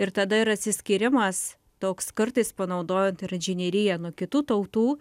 ir tada ir atsiskyrimas toks kartais panaudojant ir inžineriją nuo kitų tautų